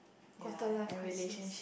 quarter life crisis